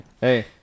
Hey